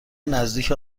نزدیک